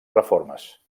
reformes